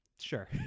Sure